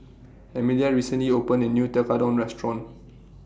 Amelia recently opened A New Tekkadon Restaurant